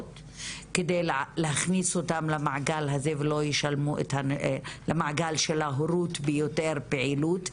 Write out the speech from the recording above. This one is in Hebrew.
כדי להכניס אותם למעגל של ההורות ביותר פעילות,